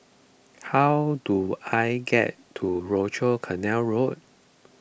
how do I get to Rochor Canal Road